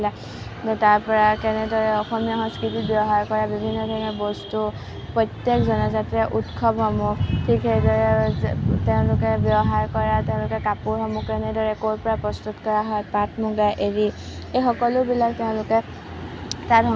তাৰপৰা কেনেদৰে অসমীয়া সংস্কৃতিত ব্য়ৱহাৰ কৰা বিভিন্ন ধৰণৰ বস্তু প্ৰত্যেক জনজাতীয় উৎসৱসমূহ ঠিক সেইদৰে তেওঁলোকে ব্যৱহাৰ কৰা তেওঁলোকৰ কাপোৰসমূহ কেনেদৰে ক'ত কিয় প্ৰস্তুত কৰা হয় পাট মূগা এৰি এই সকলোবিলাক তেওঁলোকে